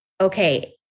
Okay